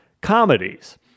comedies